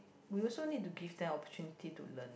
we also need to give them opportunity to learn